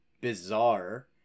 bizarre